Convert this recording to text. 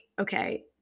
okay